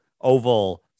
oval